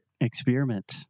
Experiment